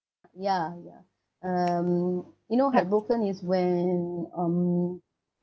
ya ya um you know heartbroken is when um